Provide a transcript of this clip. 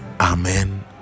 amen